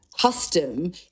custom